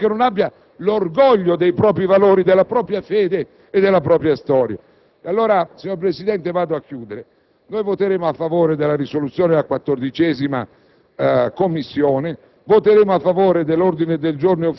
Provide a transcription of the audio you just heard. no, non è questa l'Europa che vogliamo costruire, un'Europa cioè che non abbia l'orgoglio dei propri valori, della propria fede e della propria storia. Signor Presidente, mi avvio a concludere. Noi voteremo a favore della risoluzione della 14ª Commissione,